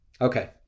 okay